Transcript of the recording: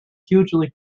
hugely